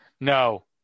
No